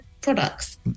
products